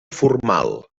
formal